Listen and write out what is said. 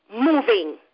moving